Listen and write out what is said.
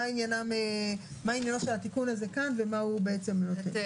עניינו של התיקון הזה כאן ומה הוא נותן.